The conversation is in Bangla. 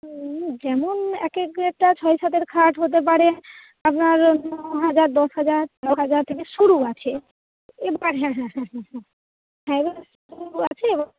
ওই যেমন এক একেকটা ছয় সাতের খাট হতে পারে আপনার ন হাজার দশ হাজার বারো হাজার থেকে শুরু আছে এবার হ্যাঁ হ্যাঁ হ্যাঁ হ্যাঁ হ্যাঁ হ্যাঁ এবার কমেরও আছে এবার